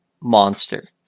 monster